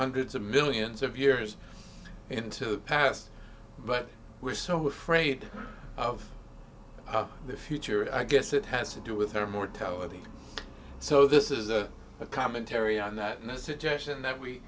hundreds of millions of years into the past but we're so afraid of the future i guess it has to do with our mortality so this is a commentary on that in a situation that we